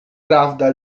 prawda